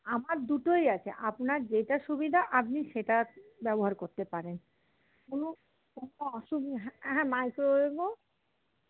আমার দুটোই আছে আপনার যেটা সুবিধা আপনি সেটা ব্যবহার করতে পারেন কোনো কোনো অসুবিধা হ্যাঁ মাইক্রোওয়েভও